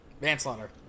Manslaughter